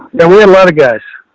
ah, and we had a lot of guys,